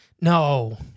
No